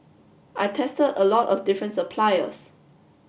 I tested a lot of different suppliers